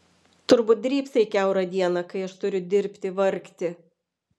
turbūt drybsai kiaurą dieną kai aš turiu dirbti vargti